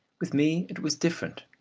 with me it was different.